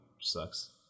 sucks